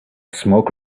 smoke